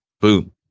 boom